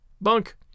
Bunk